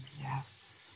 Yes